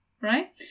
right